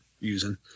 using